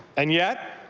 and yet,